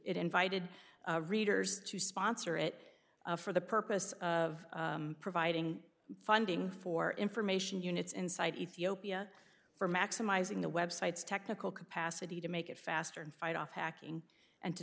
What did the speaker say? it invited readers to sponsor it for the purpose of providing funding for information units inside ethiopia for maximizing the websites technical capacity to make it faster and fight off hacking and to